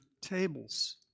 tables